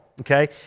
okay